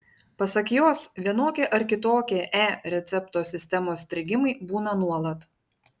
pasak jos vienokie ar kitokie e recepto sistemos strigimai būna nuolat